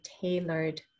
tailored